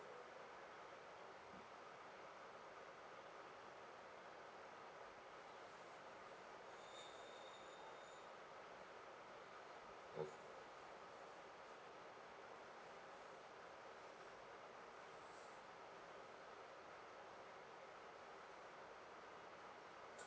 mm